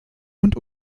und